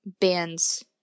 bands